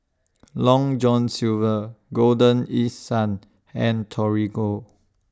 Long John Silver Golden East Sun and Torigo